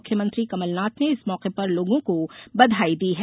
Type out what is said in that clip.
मुख्यमंत्री कमलनाथ ने इस मौके पर लोगों को बधाई दी है